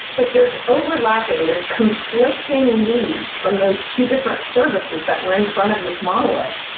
but there's overlapping. there's conflicting needs from those two different services that were in front of this monolith,